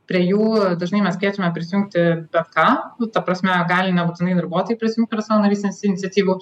prie jų dažnai mes kviečiame prisijungti bet ką nu ta prasme gali nebūtinai darbuotojai prisijungt prie savanorystės iniciatyvų